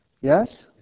Yes